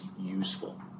useful